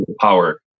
power